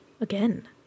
Again